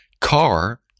car